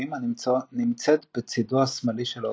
הילוכים הנמצאת בצידו השמאלי של האופנוע.